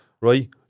right